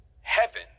Heaven